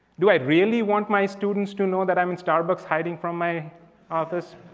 do i really want my students to know that i'm in starbucks hiding form my office?